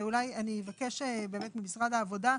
ואולי אני אבקש באמת ממשרד העבודה,